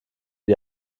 die